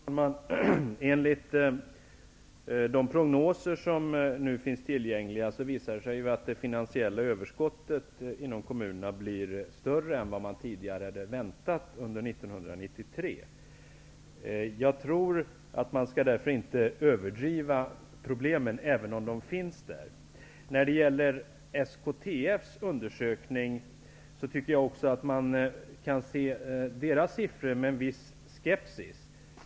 Herr talman! Enligt de prognoser som nu finns tillgängliga visar det sig att de finansiella överskotten inom kommunerna år 1993 blir större än vad man tidigare hade väntat. Man bör därför inte överdriva problemen, även om de finns där. Jag tycker vidare att man kan se med en viss skepsis på siffrorna i SKTF:s undersökning.